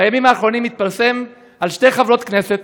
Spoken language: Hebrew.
בימים האחרונים התפרסם על שתי חברות כנסת